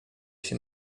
się